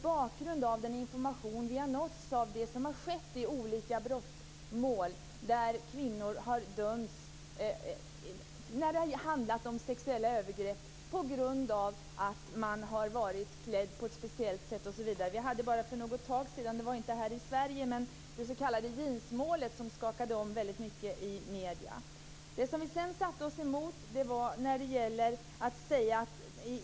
Vid mål om sexuella övergrepp har kvinnor fördömts på grund av att de har varit speciellt klädda osv. För något tag sedan var det s.k. jeansmålet aktuellt - det hände inte här i Sverige - och fick väldigt stor plats i medierna.